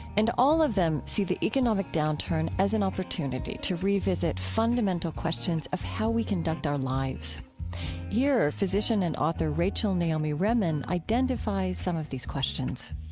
and all of them see the economic downturn as an opportunity to revisit fundamental questions of how we conduct our lives hear physician and author rachel naomi remen identify some of these questions